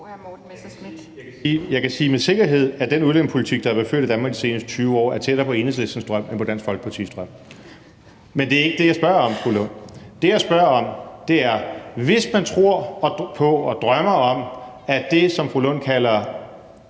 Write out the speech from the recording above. Jeg kan sige med sikkerhed, at den udlændingepolitik, der er blevet ført i Danmark i de sidste 20 år, er tættere på Enhedslistens drøm end på Dansk Folkepartis drøm. Men det er ikke det, jeg spørger om, fru Rosa Lund. Det, jeg spørger om, er: Hvis man tror på og drømmer om, at det, som fru Rosa Lund kalder